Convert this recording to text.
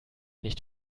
nicht